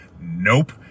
nope